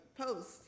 Post